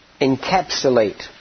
encapsulate